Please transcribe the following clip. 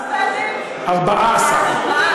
כמה ועדים?